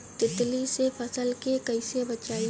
तितली से फसल के कइसे बचाई?